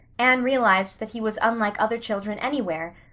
anne realized that he was unlike other children anywhere,